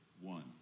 one